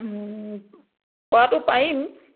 পৰাটো পাৰিম